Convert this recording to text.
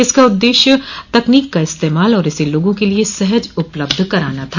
इसका उद्देश्य तकनीक का इस्तेमाल और इसे लोगों के लिए सहज उपलब्ध कराना था